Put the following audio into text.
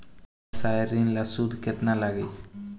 व्यवसाय ऋण ला सूद केतना लागी?